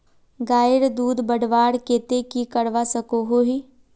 गायेर दूध बढ़वार केते की करवा सकोहो ही?